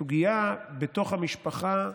הסוגיה בתוך המשפחה,